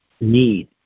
need